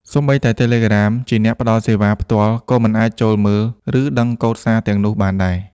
សូម្បីតែ Telegram ជាអ្នកផ្តល់សេវាផ្ទាល់ក៏មិនអាចចូលមើល ឬឌិកូដសារទាំងនោះបានដែរ។